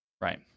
right